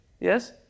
Yes